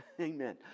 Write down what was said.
Amen